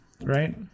Right